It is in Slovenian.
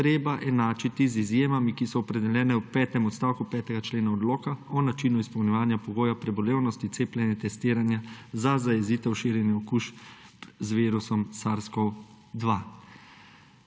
treba enačiti z izjemami, ki so opredeljene v petem odstavku 5. člena Odloka o načinu izpolnjevanja pogoja prebolevnosti, cepljenja, testiranja za zajezitev širjenja okužb z virusom sars-CoV-2.